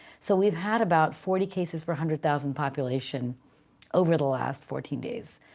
so we've had about forty cases for a hundred thousand population over the last fourteen days.